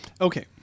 Okay